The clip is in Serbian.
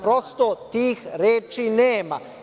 Prosto, tih reči nema.